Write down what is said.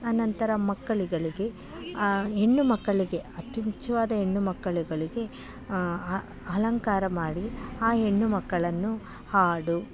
ಅನಂತರ ಮಕ್ಕಳುಗಳಿಗೆ ಹೆಣ್ಣುಮಕ್ಕಳಿಗೆ ಹೆಣ್ಣುಮಕ್ಕಳುಗಳಿಗೆ ಅಲಂಕಾರ ಮಾಡಿ ಆ ಹೆಣ್ಣುಮಕ್ಕಳನ್ನು ಹಾಡು